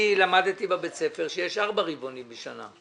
אני למדתי בבית ספר שיש ארבעה רבעונים בשנה.